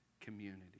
community